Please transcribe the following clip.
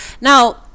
now